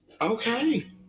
Okay